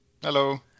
Hello